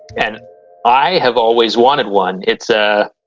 and i have always wanted one. it's a.